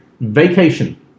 Vacation